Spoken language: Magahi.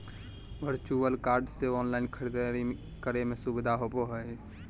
वर्चुअल कार्ड से ऑनलाइन खरीदारी करे में सुबधा होबो हइ